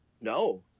No